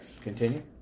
continue